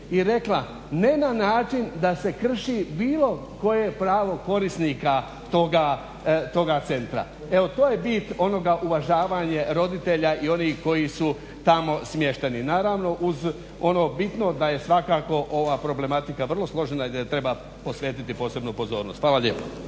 i rekla ne na način da se krši bilo koje pravo korisnika toga centra. Evo, to je bit onoga uvažavanje roditelja i onih koji su tamo smješteni. Naravno uz ono bitno da je svakako ova problematika vrlo složena i da joj treba posvetiti posebnu pozornost. Hvala lijepa.